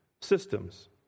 systems